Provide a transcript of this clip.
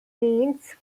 means